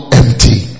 empty